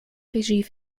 regie